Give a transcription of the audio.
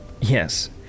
yes